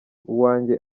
uwanjye